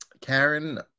Karen